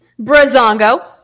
Brazongo